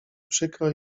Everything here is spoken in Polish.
przykro